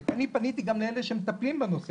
אני פניתי גם לאלה שמטפלים בנושא,